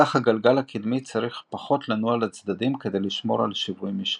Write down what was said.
כך הגלגל הקדמי צריך פחות לנוע לצדדים כדי לשמור על שיווי משקל.